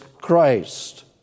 Christ